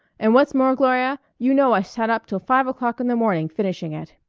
and what's more, gloria, you know i sat up till five o'clock in the morning finishing it.